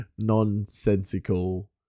nonsensical